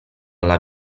alla